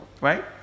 right